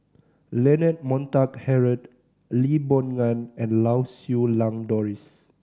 Leonard Montague Harrod Lee Boon Ngan and Lau Siew Lang Doris